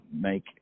make